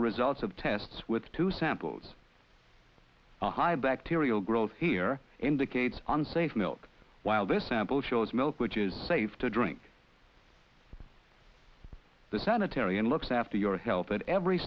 the results of tests with two samples are high bacterial growth here indicates unsafe milk while this sample shows milk which is safe to drink the sanitary and looks after your health at every